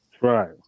right